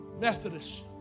Methodist